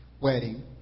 wedding